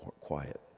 quiet